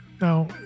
Now